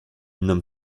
nomme